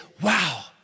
wow